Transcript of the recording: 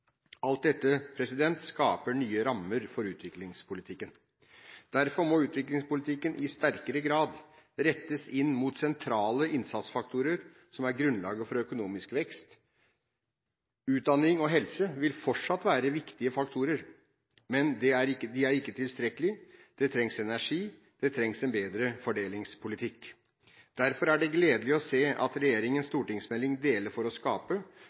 Alt dette skaper nye rammer for utviklingspolitikken. Derfor må utviklingspolitikken i sterkere grad rettes inn mot sentrale innsatsfaktorer som er grunnlaget for økonomisk vekst. Utdanning og helse vil fortsatt være viktige faktorer, men de er ikke tilstrekkelige. Det trengs energi, og det trengs en bedre fordelingspolitikk. Derfor er det gledelig å se at regjeringens stortingsmelding Dele for å skape